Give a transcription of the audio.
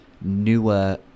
newer